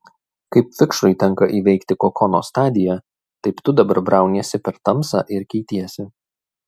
kaip vikšrui tenka įveikti kokono stadiją taip tu dabar brauniesi per tamsą ir keitiesi